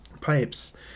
pipes